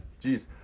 Jeez